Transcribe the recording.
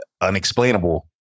unexplainable